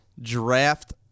draft